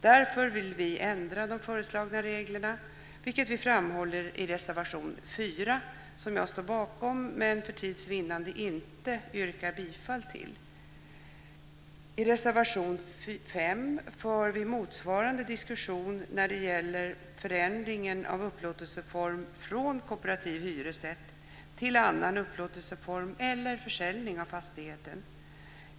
Därför vill vi ändra de föreslagna reglerna, vilket vi framhåller i reservation 4 som jag står bakom men för tids vinnande inte yrkar bifall till. I reservation 5 för vi motsvarande diskussion när det gäller förändringen av upplåtelseform från kooperativ hyresrätt till annan upplåtelseform eller försäljning av fastigheten.